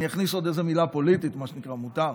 אני אכניס עוד איזה מילה פוליטית, מה שנקרא, מותר: